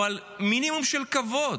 אבל מינימום של כבוד.